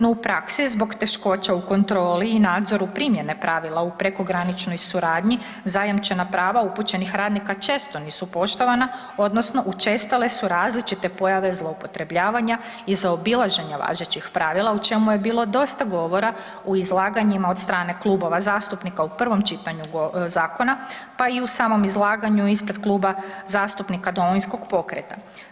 No u praksi zbog teškoća u kontroli i nadzoru primjene pravila u prekograničnoj suradnji zajamčena prava upućenih radnika često nisu poštovana odnosno učestale su različite pojave zloupotrebljavanja i zaobilaženja važećih pravila o čemu je bilo dosta govora u izlaganjima od strane klubova zastupnika u prvom čitanju zakona, pa i u samom izlaganju ispred Kluba zastupnika Domovinskog pokreta.